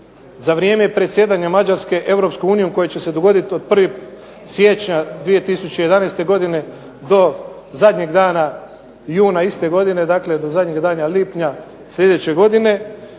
za vrijeme predsjedanja Mađarske EU koje će se dogoditi od 1. siječnja 2011. godine do zadnjeg dana juna iste godine, dakle do zadnjeg dana lipnja sljedeće godine,